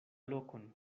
lokon